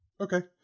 Okay